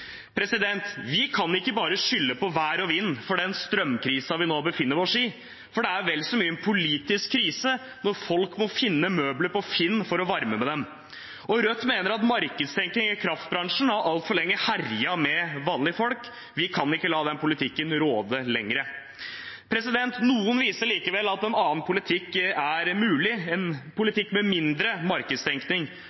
Vi kan ikke bare skylde på vær og vind for den strømkrisen vi nå befinner oss i, for det er vel så mye en politisk krise når folk må finne møbler på finn.no for å varme opp med dem. Rødt mener at markedstenkningen i kraftbransjen altfor lenge har herjet med vanlige folk. Vi kan ikke la den politikken råde lenger. Noen viser likevel til at en annen politikk er mulig – en